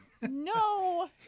no